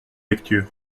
lecture